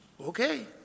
Okay